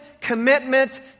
commitment